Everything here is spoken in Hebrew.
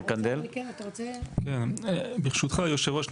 ברשותך היושב-ראש,